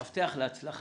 מפתח להצלחה,